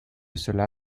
cela